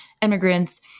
immigrants